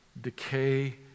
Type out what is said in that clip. Decay